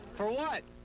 for what?